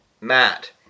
Matt